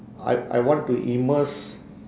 I I want to immerse